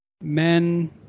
men